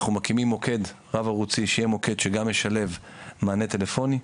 אנחנו מקימים מוקד רב-ערוצי שיהיה מוקד שגם ישלב מענה טלפוני,